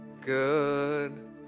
good